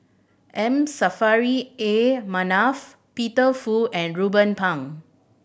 M Saffri A Manaf Peter Fu and Ruben Pang